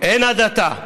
אין הדתה.